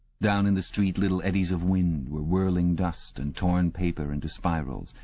down in the street little eddies of wind were whirling dust and torn paper into spirals,